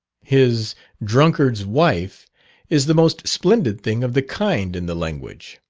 his drunkard's wife is the most splendid thing of the kind in the language.